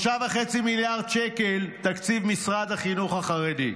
3.5 מיליארד שקל בתקציב משרד החינוך החרדי.